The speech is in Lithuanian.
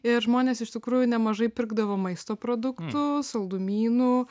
ir žmonės iš tikrųjų nemažai pirkdavo maisto produktų saldumynų